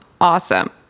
Awesome